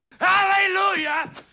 Hallelujah